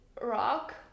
rock